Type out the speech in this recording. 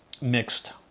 mixed